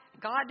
God